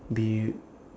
be